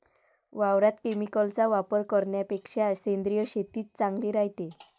वावरात केमिकलचा वापर करन्यापेक्षा सेंद्रिय शेतीच चांगली रायते